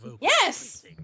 Yes